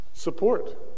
Support